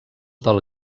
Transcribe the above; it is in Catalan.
del